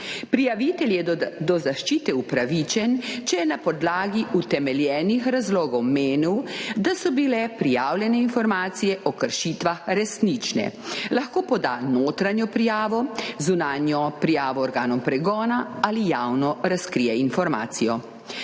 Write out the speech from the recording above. Prijavitelj je do zaščite upravičen, če je na podlagi utemeljenih razlogov menil, da so bile prijavljene informacije o kršitvah resnične. Lahko poda notranjo prijavo, zunanjo prijavo organom pregona ali javno razkrije informacijo.